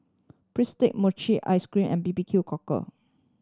bistake mochi ice cream and B B Q Cockle